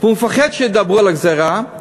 והוא מפחד שידברו על הגזירה.